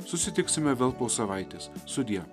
susitiksime vėl po savaitės sudie